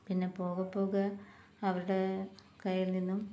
പിന്നെ പോകെ പോകെ അവരുടെ കൈയില് നിന്നും